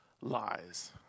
lies